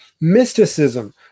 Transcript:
Mysticism